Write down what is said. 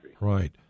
Right